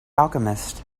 alchemist